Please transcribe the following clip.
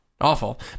awful